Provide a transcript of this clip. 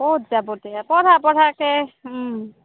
ক'ত যাব তে পঢ়াইছে